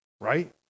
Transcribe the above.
right